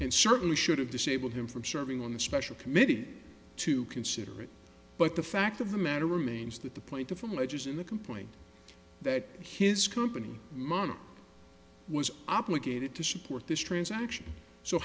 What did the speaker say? and certainly should have disabled him from serving on the special committee to consider it but the fact of the matter remains that the plaintiff from alleges in the complaint that his company money was obligated to support this transaction so